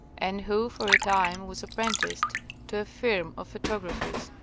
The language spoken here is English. and who for a time was apprenticed to a firm of photographers.